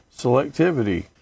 selectivity